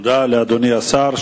תודה לאדוני השר.